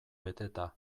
beteta